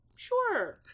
sure